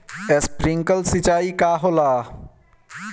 Sprinkler सिंचाई का होला?